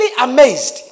amazed